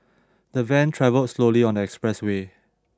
the van travelled slowly on the expressway